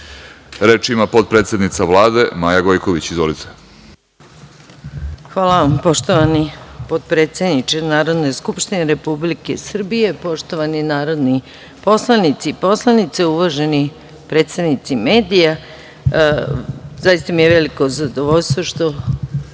ima potpredsednica Vlade Maja Gojković. Izvolite. **Maja Gojković** Hvala vam, poštovani potpredsedniče Narodne skupštine Republike Srbije. Poštovani narodni poslanici i poslanice, uvaženi predstavnici medija, zaista mi je veliko zadovoljstvo što